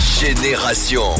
Génération